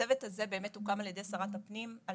הצוות הזה באמת הוקם על ידי שרת הפנים על